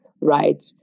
right